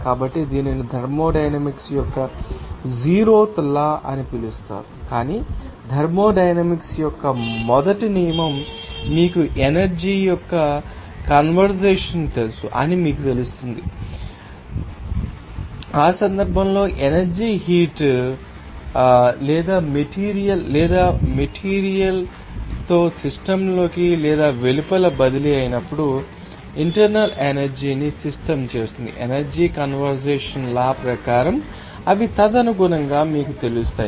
కాబట్టి దీనిని థర్మోడైనమిక్స్ యొక్క జీరోత్ లా అని పిలుస్తారు కాని థర్మోడైనమిక్స్ యొక్క మొదటి నియమం మీకు ఎనర్జీ యొక్క కన్సర్వేషన్ తెలుసు అని మీకు తెలుస్తుంది ఆ సందర్భంలో ఎనర్జీ హీట్ ంగా లేదా మెటీరియల్ తో సిస్టమ్ లోకి లేదా వెలుపల బదిలీ అయినప్పుడు ఇంటర్నల్ ఎనర్జీ ని సిస్టమ్ చేస్తుంది ఎనర్జీ కన్సర్వేషన్ లా ప్రకారం అవి తదనుగుణంగా మీకు తెలుస్తాయి